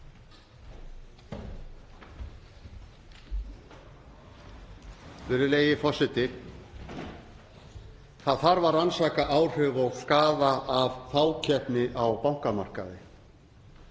Það þarf að rannsaka áhrif og skaða af fákeppni á bankamarkaði.